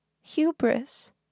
Hubris